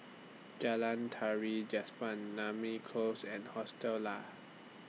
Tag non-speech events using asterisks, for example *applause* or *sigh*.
Jalan Tari *unintelligible* Namly Close and Hostel Lah